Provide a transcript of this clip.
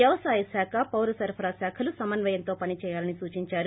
వ్యవసాయశాఖ పౌర సరఫరా శాఖలు సమన్వయంతో పనిచేయాలని సూచిందారు